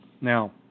Now